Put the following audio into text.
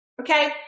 Okay